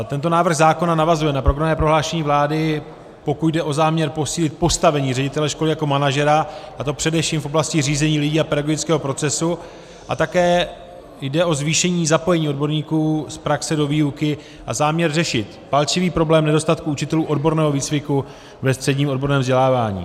Tento návrh zákona navazuje na programové prohlášení vlády, pokud jde o záměr posílit postavení ředitele školy jako manažera, a to především v oblastí řízení lidí a pedagogického procesu, a také jde o zvýšení zapojení odborníků z praxe do výuky a záměr řešit palčivý problém nedostatku učitelů odborného výcviku ve středním odborném vzdělávání.